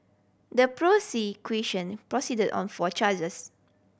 the prosecution proceeded on four charges